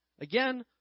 Again